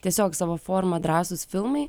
tiesiog savo forma drąsūs filmai